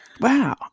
Wow